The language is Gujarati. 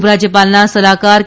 ઉપરાજ્યપાલના સલાહકાર કે